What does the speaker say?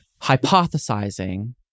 hypothesizing